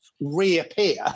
reappear